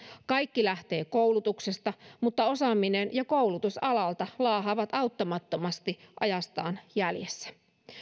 kaikki lähtee koulutuksesta mutta osaaminen ja alan koulutus laahaavat auttamattomasti ajastaan jäljessä